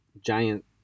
giant